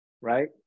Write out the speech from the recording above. right